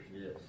Yes